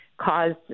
caused